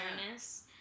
awareness